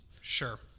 Sure